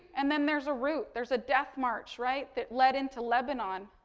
and then there's a root, there's a death march, right, that led into lebanon.